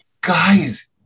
Guys